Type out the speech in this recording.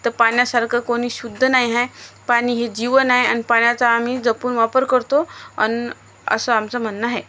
तर पाण्यासारखं कोणी शुद्ध नाही आहे पाणी हे जीवन आहे आणि पाण्याचा आम्ही जपून वापर करतो आणि असं आमचं म्हणणं आहे